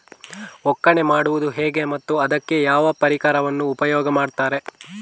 ಒಕ್ಕಣೆ ಮಾಡುವುದು ಹೇಗೆ ಮತ್ತು ಅದಕ್ಕೆ ಯಾವ ಪರಿಕರವನ್ನು ಉಪಯೋಗ ಮಾಡುತ್ತಾರೆ?